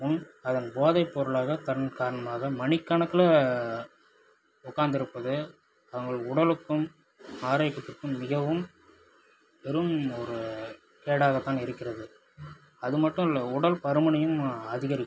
உன் அதன் போதைப் பொருளாக கண் காரணமாக மாணிக்கணக்குல உட்காந்துருப்பது அவுங்க உடலுக்கும் ஆரோக்கியத்துக்கும் மிகவும் பெரும் ஒரு கேடாகத்தான் இருக்கிறது அது மட்டும் இல்லை உடல் பருமனையும் அதிகரிக்கும்